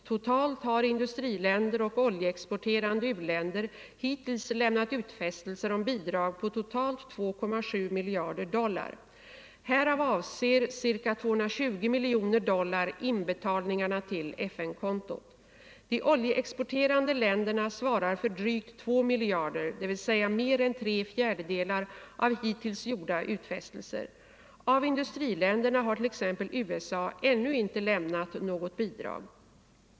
Totalt har industriländer och oljeexporterande u-länder hittills lämnat utfästelser om bidrag på totalt 2,7 miljarder dollar. Härav avser ca 220 miljoner dollar inbetalningarna till FN-kontot. De oljeexporterande länderna svarar för drygt två miljarder, dvs. mer än tre fjärdedelar av hittills gjorda utfästelser. Av industriländerna hart.ex. USA ännu inte lämnat något bidrag.